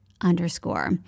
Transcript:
underscore